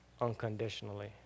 unconditionally